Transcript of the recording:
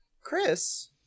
Chris